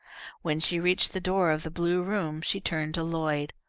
when she reached the door of the blue room she turned to lloyd.